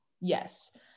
Yes